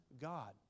God